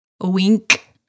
Wink